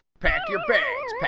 pack your bags,